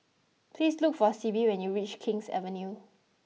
please look for Sibbie when you reach King's Avenue